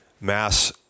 mass